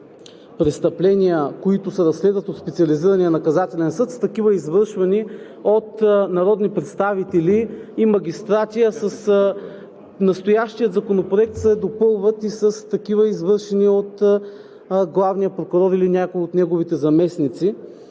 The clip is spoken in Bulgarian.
престъпления, които се разследват от Специализирания наказателен съд, с такива, извършвани от народни представители и магистрати, а с настоящия закон се допълват и с такива, извършвани от главния прокурор или някой от неговите заместници,